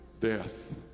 death